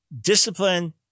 discipline